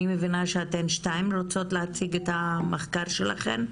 אני מבינה שאתן שתיים שרוצות להציג את המחקר שלכן.